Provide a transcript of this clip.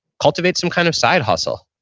cultivate some kind of side hustle.